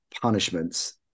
punishments